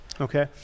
Okay